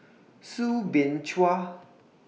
Soo Bin Chua